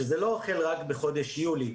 שזה לא החל רק בחודש יולי.